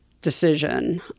decision